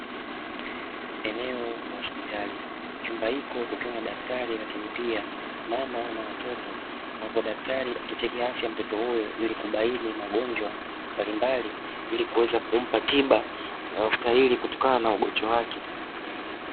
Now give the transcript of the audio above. Eneo la hospitali, chumba hiko kukiwa na daktari lakini pia mama na watoto wako. Daktari akicheki afya ya mtoto huyo ili kubaini magonjwa mbalimbali ili kuweza kumpa tiba anayostahili kutokana na ugonjwa wake.